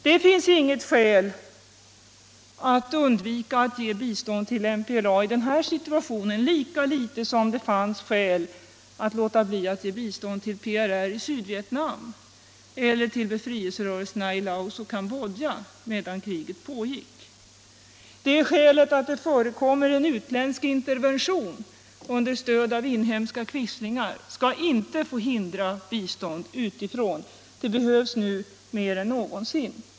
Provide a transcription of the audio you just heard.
Det finns inget skäl att undvika att ge bistånd till MPLA i nuvarande läge, lika litet som det fanns skäl att medan kriget pågick låta bli att ge bistånd till PRR i Sydvietnam eller till befrielserörelserna i Laos och Cambodja. Det förhållandet att det pågår en utländsk intervention med stöd av inhemska quislingar skall inte förhindra bistånd utifrån, ett sådant behövs nu mer än någonsin.